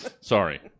Sorry